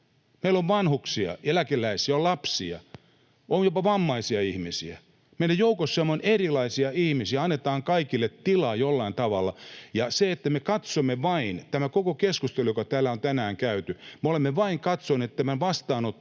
Meillä on vanhuksia, eläkeläisiä, on lapsia, on jopa vammaisia ihmisiä. Meidän joukossamme on erilaisia ihmisiä, annetaan kaikille tilaa jollain tavalla. Ja tässä koko keskustelussa, joka täällä on tänään käyty, me olemme vain katsoneet ikään kuin tämän